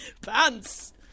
Pants